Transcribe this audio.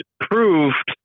proved